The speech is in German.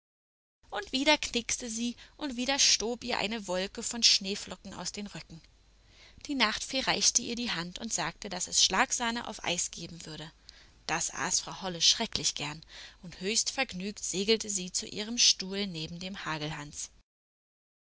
und wieder knickste sie und wieder stob ihr eine wolke von schneeflocken aus den röcken die nachtfee reichte ihr die hand und sagte daß es schlagsahne auf eis geben würde das aß frau holle schrecklich gern und höchst vergnügt segelte sie zu ihrem stuhl neben dem hagelhans